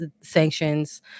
sanctions